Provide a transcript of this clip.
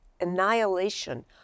annihilation